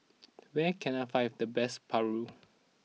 where can I find the best Paru